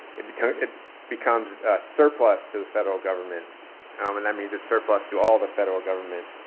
it becomes, it becomes surplus to the federal government um and that means its surplus to all the federal government,